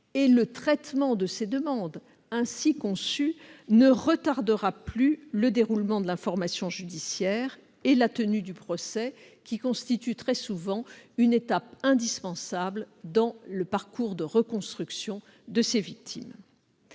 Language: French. et le traitement de ces demandes, ainsi conçu, ne retardera plus le déroulement de l'information judiciaire et la tenue du procès, qui constituent très souvent une étape indispensable dans le parcours de reconstruction de ces victimes.